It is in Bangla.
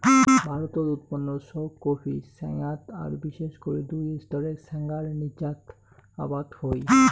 ভারতত উৎপন্ন সৌগ কফি ছ্যাঙাত আর বিশেষ করি দুই স্তরের ছ্যাঙার নীচাত আবাদ হই